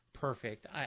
perfect